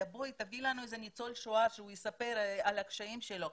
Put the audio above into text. שאביא להם ניצול שואה שיספר על הקשיים שלו.